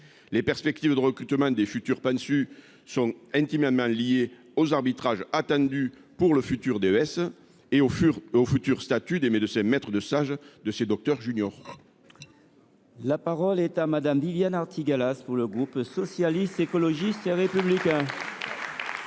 Les perspectives de recrutement des futurs Pamsu sont intimement liées aux arbitrages attendus pour le futur diplôme d’études spécialisées, ainsi qu’au futur statut des médecins maîtres de stage de ces docteurs juniors. La parole est à Mme Viviane Artigalas, pour le groupe Socialiste, Écologiste et Républicain.